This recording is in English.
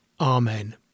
Amen